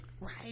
right